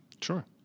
Sure